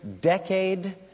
decade